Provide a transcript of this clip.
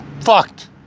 fucked